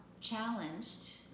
challenged